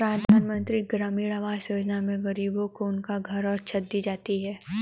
प्रधानमंत्री ग्रामीण आवास योजना में गरीबों को उनका अपना घर और छत दी जाती है